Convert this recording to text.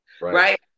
right